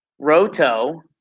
Roto